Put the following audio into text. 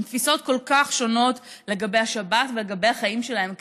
עם תפיסות כל כך שונות לגבי השבת ולגבי החיים שלהם כאן,